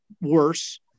worse